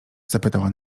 zapytała